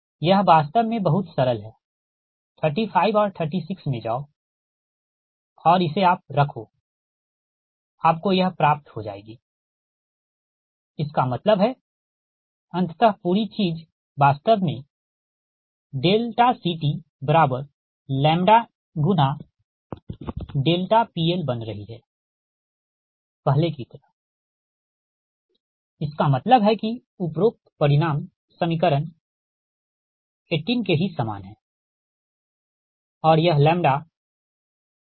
यह वास्तव में बहुत सरल है 35 और 36 में जाओ और इसे आप रखो आपको यह प्राप्त हो जाएगी इसका मतलब है अंततः पूरी चीज वास्तव में CTλ×PL बन रही है पहले की तरह इसका मतलब है कि उपरोक्त परिणाम समीकरण 18 के ही समान है ठीक